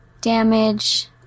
damage